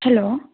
hello